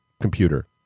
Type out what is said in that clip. computer